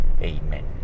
Amen